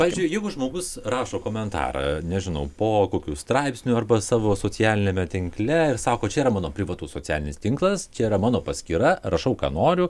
pavyzdžiui jeigu žmogus rašo komentarą nežinau po kokiu straipsniu arba savo socialiniame tinkle ir sako čia yra mano privatus socialinis tinklas čia yra mano paskyra rašau ką noriu